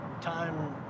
time